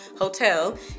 Hotel